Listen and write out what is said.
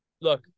Look